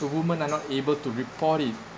the women are not able to report it